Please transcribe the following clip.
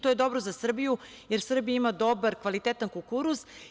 To je dobro za Srbiju jer Srbija ima dobar, kvalitetan kukuruz.